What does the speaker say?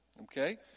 okay